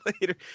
later